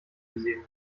gesehen